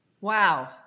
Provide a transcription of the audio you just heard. Wow